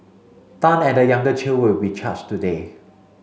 Tan and the younger Chew will be charged today